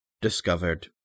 discovered